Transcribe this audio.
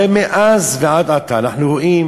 הרי מאז ועד עתה אנחנו רואים